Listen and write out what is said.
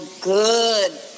good